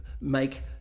make